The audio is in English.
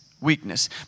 Weakness